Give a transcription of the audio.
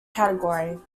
category